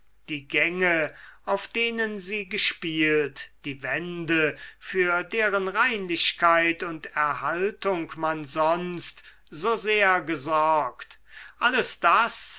die gänge auf denen sie gespielt die wände für deren reinlichkeit und erhaltung man sonst so sehr gesorgt alles das